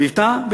מבטא, מבטא.